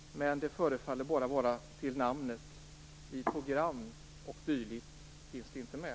Men det förefaller bara vara till namnet. I program och dylikt finns det inte med.